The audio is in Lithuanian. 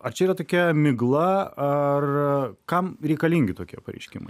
ar čia yra tokia migla ar kam reikalingi kitokie pareiškimai